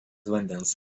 vandens